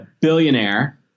billionaire